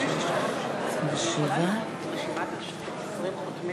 חברי הכנסת,